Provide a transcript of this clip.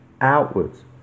outwards